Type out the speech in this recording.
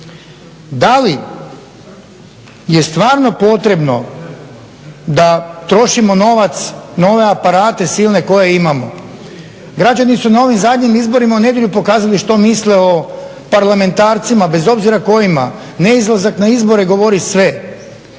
da li je stvarno potrebno da trošimo novac na ove aparate silne koje imamo. Građani su na ovim zadnjim izborima u nedjelju pokazali što misle o parlamentarcima bez obzira kojima. Neizlazak na izbore govori sve.